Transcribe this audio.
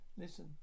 Listen